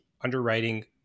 underwriting